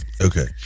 Okay